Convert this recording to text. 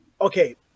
Okay